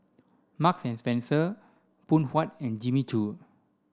Marks and Spencer Phoon Huat and Jimmy Choo